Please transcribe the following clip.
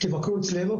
תבקרו אצלנו,